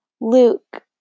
Luke